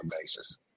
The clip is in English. basis